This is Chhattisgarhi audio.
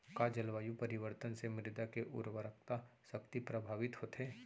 का जलवायु परिवर्तन से मृदा के उर्वरकता शक्ति प्रभावित होथे?